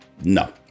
no